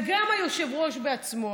וגם היושב-ראש בעצמו,